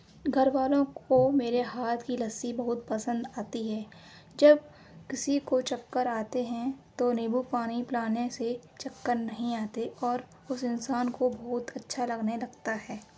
گھر والوں کو میرے ہاتھ کی لسی بہت پسند آتی ہے جب کسی کو چکر آتے ہیں تو نیمبو پانی پلانے سے چکر نہیں آتے اور اس انسان کو بہت اچھا لگنے لگتا ہے